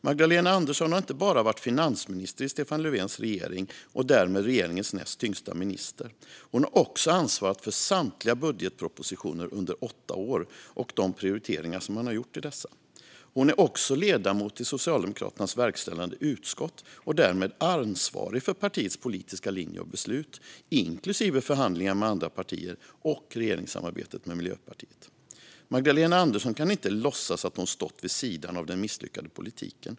Magdalena Andersson har inte bara varit finansminister i Stefan Löfvens regering och därmed regeringens näst tyngsta minister, utan hon har också ansvarat för samtliga budgetpropositioner under åtta år och för de prioriteringar man har gjort i dessa. Hon är dessutom ledamot i Socialdemokraternas verkställande utskott och därmed ansvarig för partiets politiska linje och beslut, inklusive förhandlingar med andra partier och regeringssamarbetet med Miljöpartiet. Magdalena Andersson kan inte låtsas att hon stått vid sidan av den misslyckade politiken.